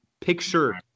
picture